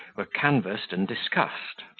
were canvassed and discussed.